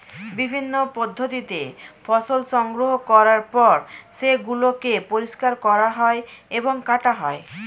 বিভিন্ন পদ্ধতিতে ফসল সংগ্রহ করার পর সেগুলোকে পরিষ্কার করা হয় এবং কাটা হয়